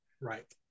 Right